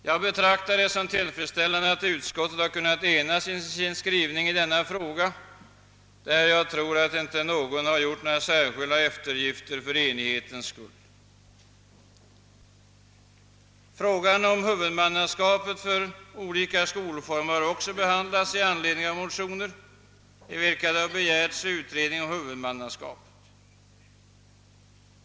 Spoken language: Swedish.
Jag betraktar det som tillfredsställande att utskottet kunnat enas i sin skrivning på denna punkt och jag tror inte att någon har gjort särskilda eftergifter för enighetens skull. Frågan om huvudmannaskapet för olika skolformer har också behandlats i anledning av motioner i vilka begärts utredning av detta.